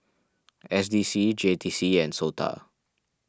S D C J T C and Sota